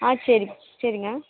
ஆ சரி சரிங்க